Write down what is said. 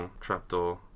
trapdoor